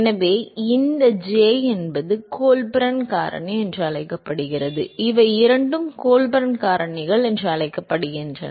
எனவே இந்த j என்பது கோல்பர்ன் காரணி என்று அழைக்கப்படுகிறது இவை இரண்டும் கோல்பர்ன் காரணிகள் என்று அழைக்கப்படுகின்றன